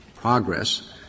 progress